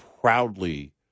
proudly